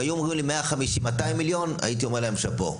אם היו אומרים לי 200-150 מיליון הייתי אומר להם שאפו,